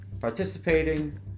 participating